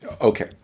Okay